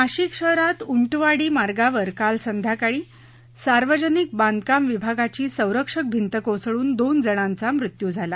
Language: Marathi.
नाशिक शहरात उंटवाडी मार्गावर काल संध्याकाळी सार्वजनिक बांधकाम विभागाची संरक्षक भिंत कोसळून दोन जणांचा मृत्यू झाला